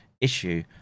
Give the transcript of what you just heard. issue